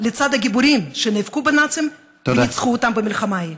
לצד הגיבורים שנאבקו בנאצים וניצחו אותם במלחמה ההיא.